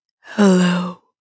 Hello